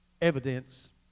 evidence